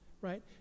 Right